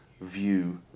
view